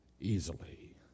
easily